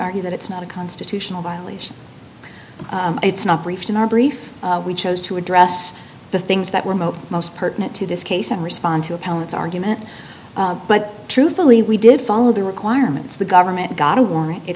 argue that it's not a constitutional violation it's not briefs in our brief we chose to address the things that were most most pertinent to this case and respond to appellate argument but truthfully we did follow the requirements the government got a warrant it